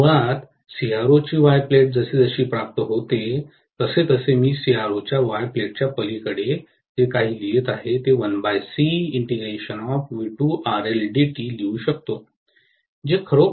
मुळात सीआरओची Y plate जसजशी प्राप्त होते तसतसे मी सीआरओच्या वाय प्लेटच्या पलीकडे जे काही लिहित आहे ते लिहू शकतो